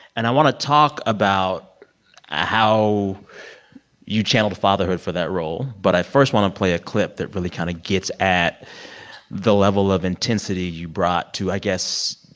and i want to talk about how you channeled fatherhood for that role. but i first want to play a clip that really kind of gets at the level of intensity you brought to, i guess,